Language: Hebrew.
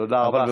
תודה רבה,